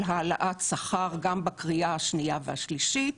העלאת שכר גם בקריאה השנייה והשלישית,